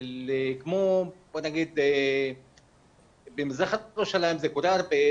אני ראיתי שעדאל גזאווי איתנו,